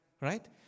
right